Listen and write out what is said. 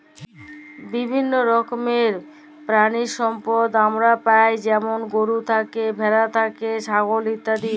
বিভিল্য রকমের পেরালিসম্পদ আমরা পাই যেমল গরু থ্যাকে, ভেড়া থ্যাকে, ছাগল ইত্যাদি